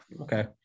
Okay